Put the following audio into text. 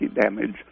damage